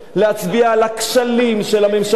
להצביע על הכשלים של הממשלה,